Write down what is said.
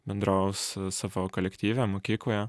bendraus savo kolektyve mokykloje